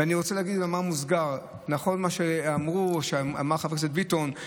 ואני רוצה להגיד במאמר מוסגר: נכון מה שאמר חבר הכנסת ביטון,